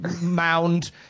mound